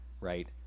right